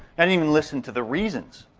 and even listen to the reasons,